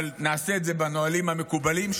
אבל נעשה את זה בנהלים המקובלים,